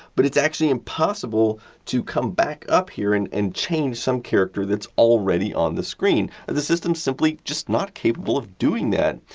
but, it's actually impossible to come back up here and and change some character that's already on the screen. the system's simply just not capable of doing that.